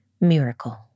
miracle